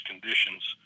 conditions